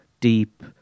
deep